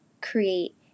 create